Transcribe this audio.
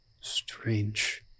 strange